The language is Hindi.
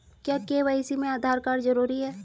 क्या के.वाई.सी में आधार कार्ड जरूरी है?